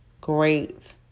great